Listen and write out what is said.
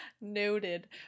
noted